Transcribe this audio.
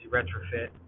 Retrofit